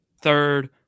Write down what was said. third